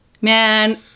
man